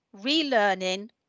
relearning